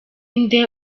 nde